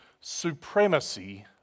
supremacy